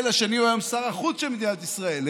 והשני הוא היום שר החוץ של מדינת ישראל,